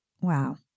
Wow